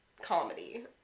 comedy